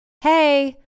Hey